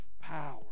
power